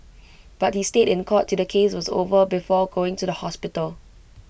but he stayed in court till the case was over before going to the hospital